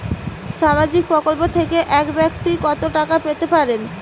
সামাজিক প্রকল্প থেকে এক ব্যাক্তি কত টাকা পেতে পারেন?